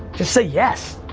just say, yes.